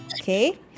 okay